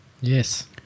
Yes